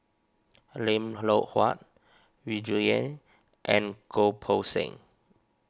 Lim Loh Huat Yu Zhuye and Goh Poh Seng